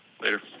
Later